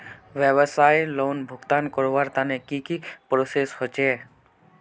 व्यवसाय लोन भुगतान करवार तने की की प्रोसेस होचे?